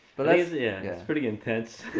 but let's. yeah, it's pretty intense.